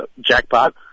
jackpot